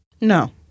No